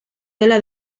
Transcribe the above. dela